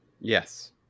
Yes